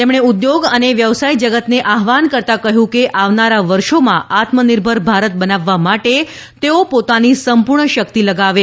તેમણે ઉદ્યોગ અને વ્યવસાય જગતને આહ્વાન કરતા કહ્યું કે આવનારા વર્ષોમાં આત્મનિર્ભર ભારત બનાવવા માટે તેઓ પોતાની સંપૂર્ણ શક્તિ લગાવે